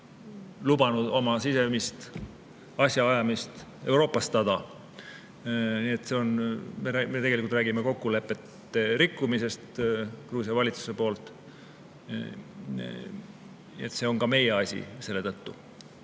lubanud oma sisemist asjaajamist euroopastada. Nii et tegelikult me räägime kokkulepete rikkumisest Gruusia valitsuse poolt. See on ka meie asi selle tõttu.